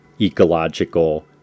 ecological